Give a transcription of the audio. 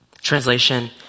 Translation